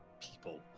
people